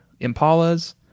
Impalas